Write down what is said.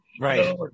Right